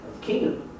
kingdom